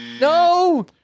No